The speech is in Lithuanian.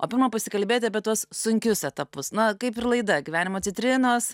o pima pasikalbėti apie tuos sunkius etapus na kaip ir laida gyvenimo citrinos